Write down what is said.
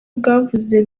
bwavuze